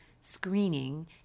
screening